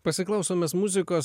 pasiklausom mes muzikos